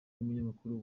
n’umunyamakuru